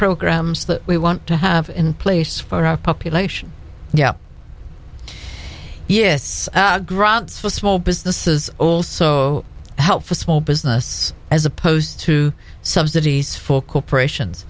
programs that we want to have in place for our population yeah yes grants for small businesses also help for small business as opposed to subsidies for corporations